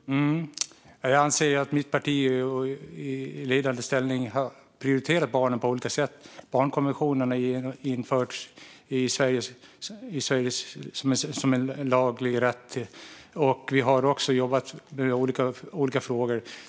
Fru talman! Jag anser att mitt parti i ledande ställning har prioriterat barnen på olika sätt. Barnkonvention har införts som lag, och vi har också jobbat med andra frågor.